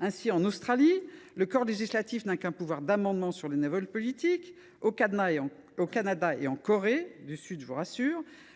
Ainsi, en Australie, le corps législatif n’a qu’un pouvoir d’amendement sur les nouvelles politiques. Au Canada et en Corée du Sud,